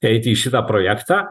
eiti į šitą projektą